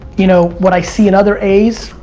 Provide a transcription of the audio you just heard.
you know, what i see in other a's,